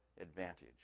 advantage